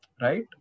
right